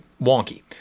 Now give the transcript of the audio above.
wonky